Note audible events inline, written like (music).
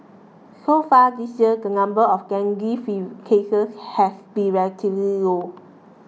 so far this year the number of dengue (unintelligible) cases has been relatively low